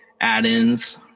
add-ins